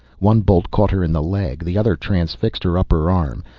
one bolt caught her in the leg, the other transfixed her upper arm.